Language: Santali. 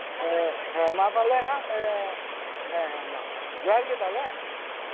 ᱦᱮᱸ ᱦᱮᱸ ᱢᱟ ᱛᱟᱦᱞᱮ ᱦᱟᱸᱜ ᱦᱮᱸ ᱦᱮᱸ ᱢᱟ ᱡᱚᱦᱟᱨ ᱜᱮ ᱛᱟᱦᱞᱮ ᱦᱮᱸ